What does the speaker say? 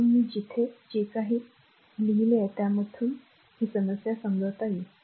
म्हणून मी तिथे जे काही घासले आहे ते यामधून जात नाही ही समस्या आहे